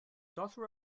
daughter